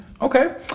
Okay